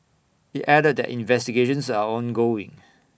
IT added that investigations are ongoing